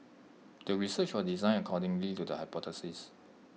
the research was designed according to the hypothesis